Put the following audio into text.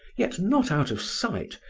yet not out of sight,